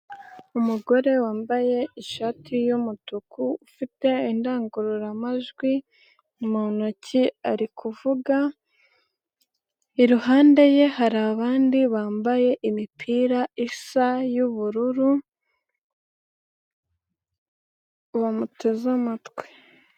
Umugore wambaye ishati y'umutuku umugore ufite indangururamajwi mu ntoki, ari kuvuga iruhande ye hari abandi bambaye imipira isa y'ubururu, bamuteze amatwi.